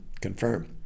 confirm